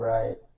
Right